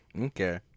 Okay